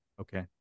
Okay